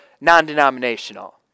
non-denominational